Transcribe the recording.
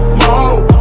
more